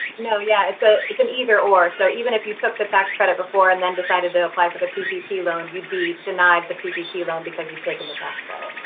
no. yeah, it's ah it's an either or. so even if you took the tax credit before and then decided to apply for the ppp loan you'd be denied the ppp loan because you've taken the tax credit.